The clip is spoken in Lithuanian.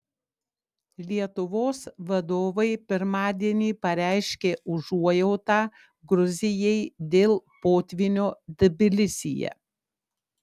lietuvos vadovai pirmadienį pareiškė užuojautą gruzijai dėl potvynio tbilisyje